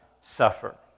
suffer